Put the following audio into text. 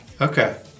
okay